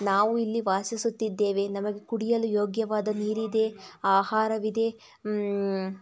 ನಾವು ಇಲ್ಲಿ ವಾಸಿಸುತಿದ್ದೇವೆ ನಮಗೆ ಕುಡಿಯಲು ಯೋಗ್ಯವಾದ ನೀರಿದೆ ಆಹಾರವಿದೆ